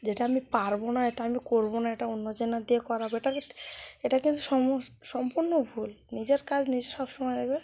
যে এটা আমি পারব না এটা আমি করব না এটা অন্য জনের দিয়ে করাব এটাকে এটা কিন্তু সমস্ত সম্পূর্ণ ভুল নিজের কাজ নিজে সবসময় লাগবে